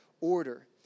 order